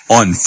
on